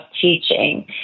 teaching